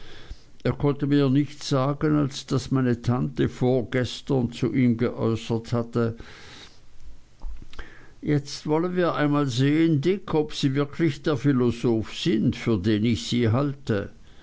er konnte mir nichts sagen als daß meine tante vorgestern zu ihm geäußert hatte jetzt wollen wir einmal sehen dick ob sie wirklich der philosoph sind für den ich sie halte